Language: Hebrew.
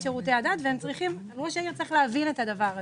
שירותי הדת וראש העיר צריך להבין את זה.